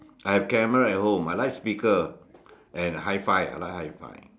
I have camera at home I like speaker and hi-Fi I like hi-Fi